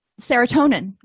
serotonin